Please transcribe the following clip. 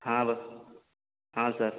ہاں بتا ہاں سر